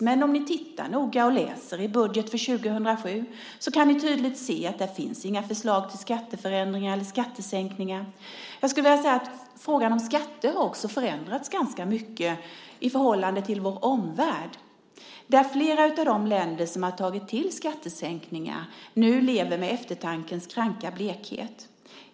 Men om ni tittar noga och läser i budgeten för 2007 kan ni tydligt se att det inte finns några förslag till skatteförändringar eller skattesänkningar. Frågan om skatter har förändrats ganska mycket i förhållande till vår omvärld. Flera av de länder som har tagit till skattesänkningar lever nu med eftertankens kranka blekhet.